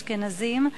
אשכנזים?